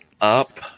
up